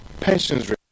Pensions